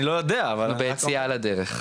אנחנו ביציאה לדרך.